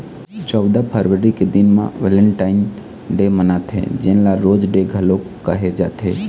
चउदा फरवरी के दिन म वेलेंटाइन डे मनाथे जेन ल रोज डे घलोक कहे जाथे